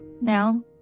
now